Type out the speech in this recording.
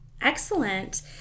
Excellent